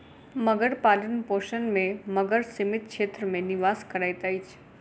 मगर पालनपोषण में मगर सीमित क्षेत्र में निवास करैत अछि